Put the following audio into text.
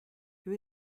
who